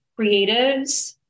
creatives